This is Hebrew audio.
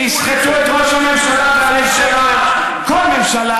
שיסחטו את ראש הממשלה והממשלה כל ממשלה,